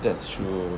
that's true